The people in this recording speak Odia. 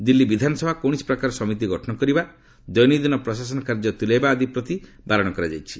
ଦିଲ୍ଲୀ ବିଧାନସଭା କୌଣସି ପ୍ରକାର ସମିତି ଗଠନ କରିବା ଦଦିନନ୍ଦିନ ପ୍ରଶାସନ କାର୍ଯ୍ୟ ତୁଲାଇବା ଆଦି ପ୍ରତି ବାରଣ କରାଯାଇଛି